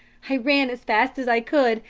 i ran as fast as i could,